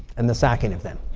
and the sacking of them.